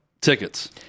tickets